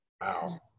wow